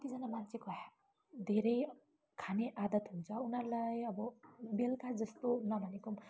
कतिजना मान्छेको धेरै खाने आदत हुन्छ उनाहरूलाई अब बेलुका जस्तो नभनेको